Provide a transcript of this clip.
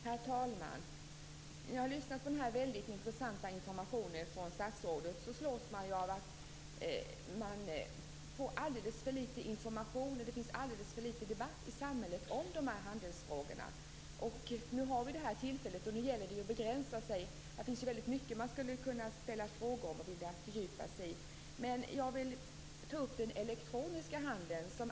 Herr talman! Jag har lyssnat på den här mycket intressanta informationen från statsrådet. Då slås man av att man får alldeles för litet information och att det finns alldeles för litet debatt i samhället om dessa handelsfrågor. Nu har vi det här tillfället och då gäller det att begränsa sig. Det finns ju väldigt mycket som man skulle kunna ställa frågor om och vilja fördjupa sig i. Jag vill ta upp den elektroniska handeln.